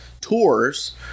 tours